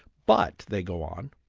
but they go on,